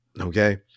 okay